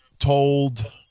told